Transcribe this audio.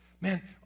Man